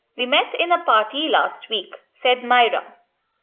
we met in a party last week, said myra.